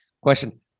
Question